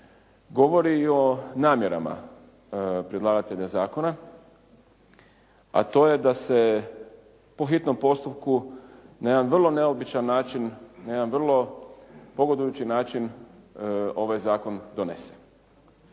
govori i o namjerama predlagatelja zakona, a to je da se po hitnom postupku na jedan vrlo neobičan način, na jedan vrlo pogodujući način ovaj zakon donese.